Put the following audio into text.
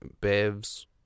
Bev's